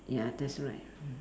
ya that's right mm